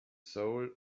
soul